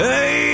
Hey